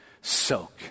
Soak